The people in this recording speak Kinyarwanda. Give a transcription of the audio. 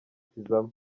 tizama